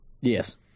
Yes